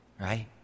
right